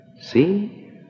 see